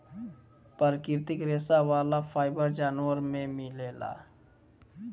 प्राकृतिक रेशा वाला फाइबर जानवर में मिलेला